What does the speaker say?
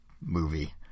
movie